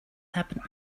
happened